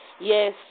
Yes